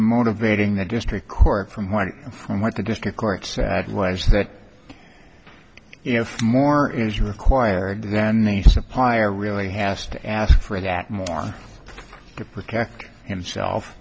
motivating the district court from one from what the district court said was that if more is required then the supplier really has to ask for that more to protect